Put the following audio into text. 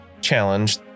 challenge